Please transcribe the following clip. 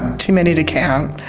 too many to count.